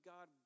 God